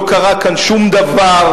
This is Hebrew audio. לא קרה כאן שום דבר.